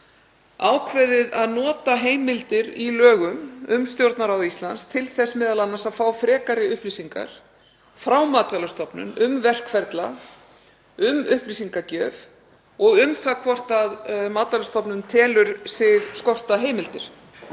ákveðið að nota heimildir í lögum um Stjórnarráð Íslands til þess m.a. að fá frekari upplýsingar frá Matvælastofnun um verkferla, upplýsingagjöf og hvort Matvælastofnun telur sig skorta heimildir.